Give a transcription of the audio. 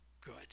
good